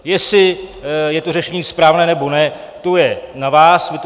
Jestli je to řešení správné, nebo ne, to je na vás.